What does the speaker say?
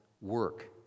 work